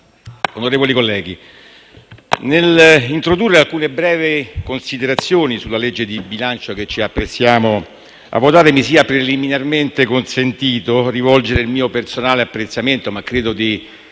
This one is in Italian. onorevoli colleghi, nell'introdurre alcune brevi considerazioni sul disegno di legge di bilancio che ci apprestiamo a votare, mi sia preliminarmente consentito rivolgere il mio personale apprezzamento - ma credo di